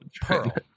Pearl